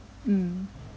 mm